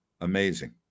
amazing